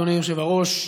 אדוני היושב-ראש,